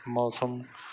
ਮੌਸਮ